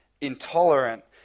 intolerant